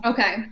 Okay